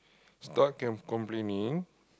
stop cam~ complaining